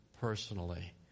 personally